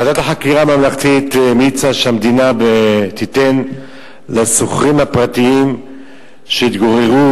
ועדת החקירה הממלכתית המליצה שהמדינה תיתן לשוכרים הפרטיים שהתגוררו,